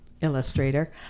illustrator